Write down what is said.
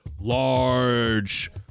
large